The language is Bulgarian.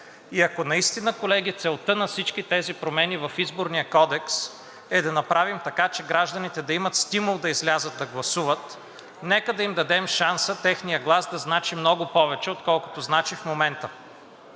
И ако наистина, колеги, целта на всички тези промени в Изборния кодекс е да направим така, че гражданите да имат стимул да излязат да гласуват, нека да им дадем шанса техният глас да значи много повече, отколкото значи в момента.